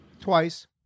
Twice